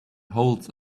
holds